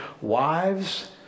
Wives